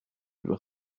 lui